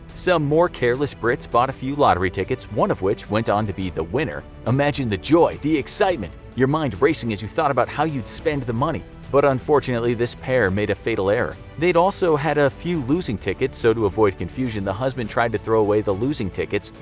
some more careless brits bought a few lottery tickets, one of which went on to be the winner. imagine the joy! the excitement! your mind racing as you thought about how you'd spend the money, but unfortunately, this pair made a fatal error. they also had a few losing tickets, so to avoid confusion, the husband tried to throw away the losing tickets.